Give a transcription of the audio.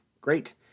great